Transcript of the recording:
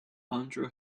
andhra